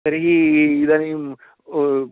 तर्हि इदानीं